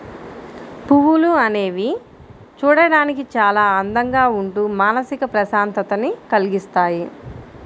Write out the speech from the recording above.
పువ్వులు అనేవి చూడడానికి చాలా అందంగా ఉంటూ మానసిక ప్రశాంతతని కల్గిస్తాయి